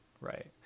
right